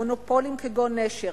מונופולים כגון "נשר",